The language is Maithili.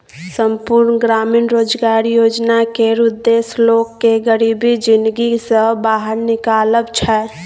संपुर्ण ग्रामीण रोजगार योजना केर उद्देश्य लोक केँ गरीबी जिनगी सँ बाहर निकालब छै